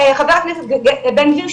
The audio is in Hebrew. חבר הכנסת בן גביר,